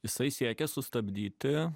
jisai siekia sustabdyti